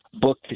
book